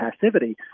passivity